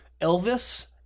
Elvis